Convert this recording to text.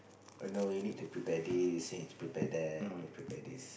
oh no you need to prepare this you need to prepare that prepare this